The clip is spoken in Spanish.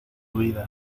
vida